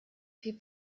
viel